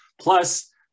Plus